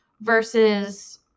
Versus